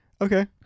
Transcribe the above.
Okay